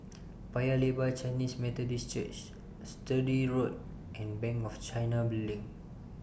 Paya Lebar Chinese Methodist Church Sturdee Road and Bank of China Building